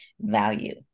value